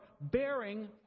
bearing